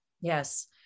Yes